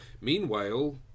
meanwhile